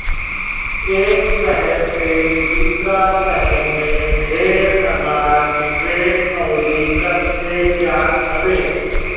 एक शहर से दूसरा शहर में ढेर अनाज ट्रेन अउरी ट्रक से जात हवे